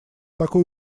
такой